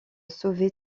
sauvé